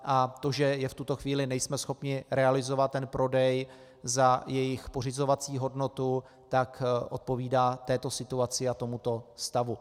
A to, že v tuto chvíli nejsme schopni realizovat prodej za jejich pořizovací hodnotu, odpovídá této situaci a tomuto stavu.